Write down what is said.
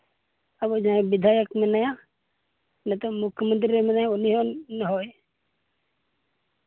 ᱟᱵᱚᱭᱤᱡ ᱡᱟᱦᱟᱸᱭ ᱵᱤᱫᱷᱟᱭᱚᱠ ᱢᱮᱱᱟᱭᱟ ᱱᱤᱛᱳᱜ ᱢᱩᱠᱠᱷᱚ ᱢᱚᱱᱛᱨᱤ ᱨᱮ ᱢᱮᱱᱟᱭᱟ ᱩᱱᱤ ᱦᱚᱸ ᱦᱳᱭ